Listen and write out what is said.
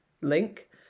link